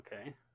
okay